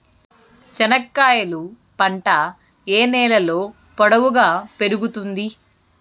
చెనక్కాయలు పంట ఏ నేలలో పొడువుగా పెరుగుతుంది?